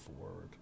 forward